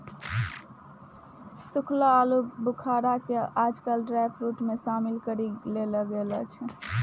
सूखलो आलूबुखारा कॅ आजकल ड्रायफ्रुट मॅ शामिल करी लेलो गेलो छै